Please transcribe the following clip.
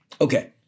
Okay